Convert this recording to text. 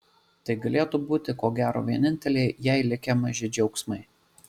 tai galėtų būti ko gero vieninteliai jai likę maži džiaugsmai